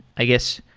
i guess,